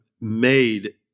made